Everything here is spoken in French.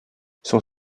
sont